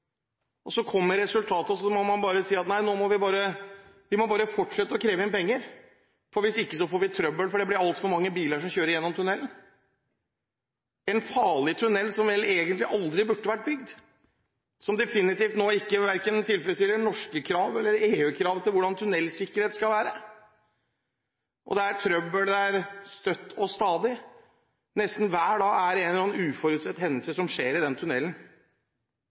gå. Så kommer resultatet, og så må man bare si at nei, vi må bare fortsette å kreve inn penger, for hvis ikke får vi trøbbel fordi det blir altfor mange biler som kjører gjennom tunnelen – en farlig tunnel som vel egentlig aldri burde vært bygd, og som definitivt nå ikke tilfredsstiller verken norske krav eller EU-krav til hvordan tunnelsikkerhet skal være. Det er trøbbel der støtt og stadig. Nesten hver dag er det en eller annen uforutsett hendelse som skjer i den